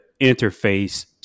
interface